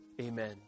Amen